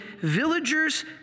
villagers